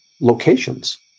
locations